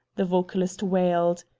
the vocalist wailed.